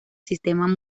sistema